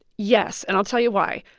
yes. and i'll tell you why.